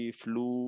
flu